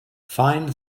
find